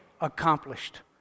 accomplished